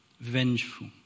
vengeful